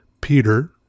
Peter